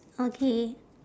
okay